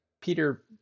Peter